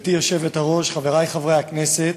גברתי היושבת-ראש, חברי חברי הכנסת,